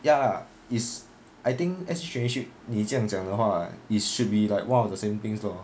ya is I think S_G traineeship 你这样讲的话 it should be like one of the same things lor